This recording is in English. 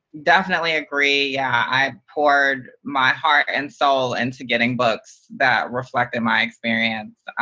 definitely agree, yeah, i poured my heart and soul into getting books that reflected my experience,